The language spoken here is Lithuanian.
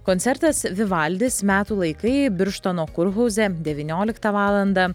koncertas vivaldis metų laikai birštono kurhauze devynioliktą valandą